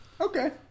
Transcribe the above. Okay